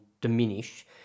diminish